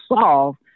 solve